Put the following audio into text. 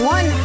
One